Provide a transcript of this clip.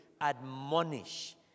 Admonish